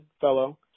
fellow